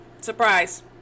surprise